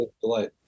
delight